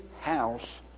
house